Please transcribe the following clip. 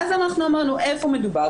ואז אנחנו אמרנו איפה מדובר?